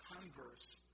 converse